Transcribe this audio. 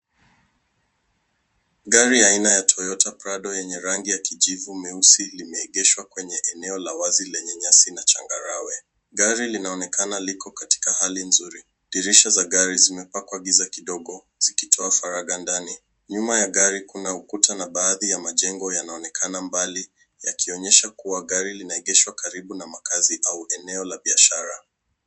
Gari aina ya Toyota Prado yenyerangi ya kijivu meusi limeegeshwa kwenye eneo la wazi lenye nyasi na changarawe. Gari linaonekana liko katika hali nzuri. Dirisha za gari zimepakwa giza kidogo zikitoa faragha ndani. Nyuma ya gari kuna ukuta na baadhi ya majengo yanaonekana mbali yakionyesha kuwa gari linaegeshwa karibu na makaazi au eneo la biashara.